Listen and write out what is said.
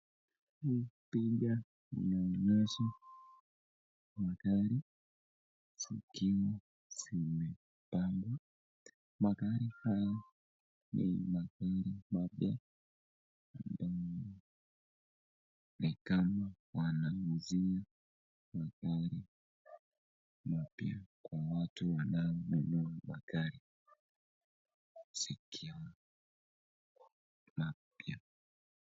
Picha inaonyesha magari zikiwa zimepangwa. Magari haya ni magari mapya ni kama wanauzia magari mapya kwa watu wanao nunua magari zikiwa mapya.